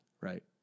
Right